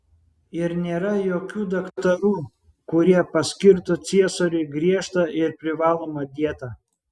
ir nėra jokių daktarų kurie paskirtų ciesoriui griežtą ir privalomą dietą